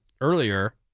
earlier